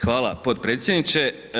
Hvala potpredsjedniče.